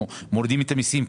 אנחנו מורידים את המיסים",